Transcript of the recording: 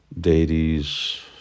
deities